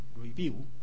Review